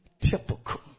typical